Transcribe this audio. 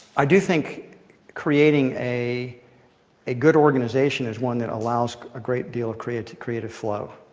i do think creating a a good organization is one that allows a great deal of creative creative flow.